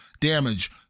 damage